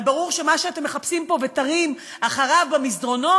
על כך שברור שמה שאתם מחפשים פה ותרים אחריו במסדרונות,